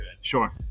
Sure